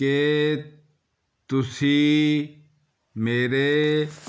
ਕੀ ਤੁਸੀਂ ਮੇਰੇ